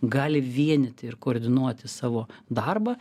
gali vienyti ir koordinuoti savo darbą